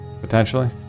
potentially